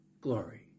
glory